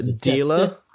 dealer